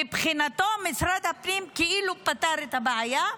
מבחינתו, משרד הפנים כאילו פתר את הבעיה.